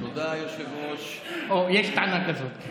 יש טענה כזאת.